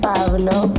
Pablo